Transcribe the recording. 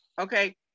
Okay